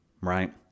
right